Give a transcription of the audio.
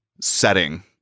setting